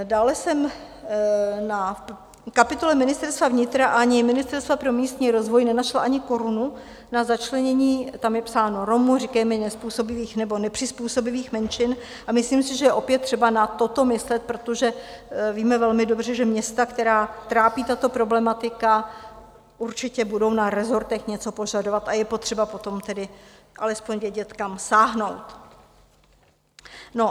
Dále jsem v kapitole Ministerstva vnitra ani Ministerstva pro místní rozvoj nenašla ani korunu na začlenění tam je psáno Romů, říkejme nepřizpůsobivých menšin a myslím si, že opět je třeba na toto myslet, protože víme velmi dobře, že města, která trápí tato problematika, určitě budou na rezortech něco požadovat, je potřeba potom tedy alespoň vědět, kam sáhnout.